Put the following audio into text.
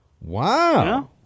Wow